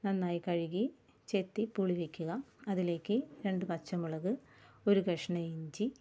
നന്നായി കഴുകി ചെത്തി പൂളി വയ്ക്കുക അതിലേക്കു രണ്ട് പച്ചമുളക് ഒരു കഷണം ഇഞ്ചി